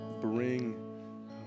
bring